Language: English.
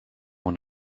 one